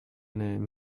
name